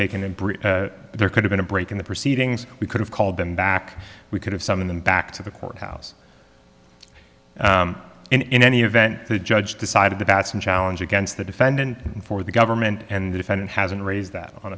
taken and there could have been a break in the proceedings we could have called them back we could have some of them back to the courthouse and in any event the judge decided to batson challenge against the defendant and for the government and the defendant hasn't raised that on